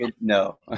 No